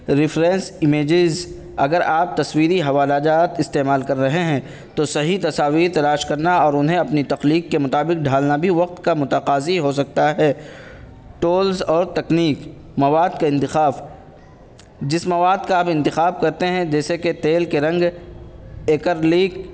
reference images اگر آپ تصویری حوالہ جات استعمال کر رہے ہیں تو صحیح تصاویر تلاش کرنا اور انہیں اپنی تخلیق کے مطابق ڈھالنا بھی وقت کا متقاضی ہو سکتا ہے ٹولز اور تکنیک مواد کا انتخاب جس مواد کا آپ انتخاب کرتے ہیں جیسے کہ تیل کے رنگ ایکرلیک